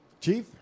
Chief